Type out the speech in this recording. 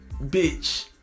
bitch